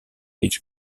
each